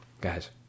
guys